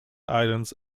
islands